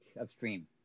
upstream